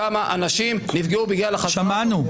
כמה אנשים נפגעו -- שמענו.